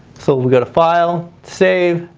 so we go to file, save,